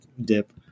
dip